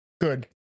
Good